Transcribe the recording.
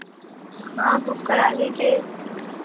हाँ बुक करा लीजिए